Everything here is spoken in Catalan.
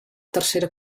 tercera